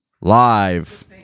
live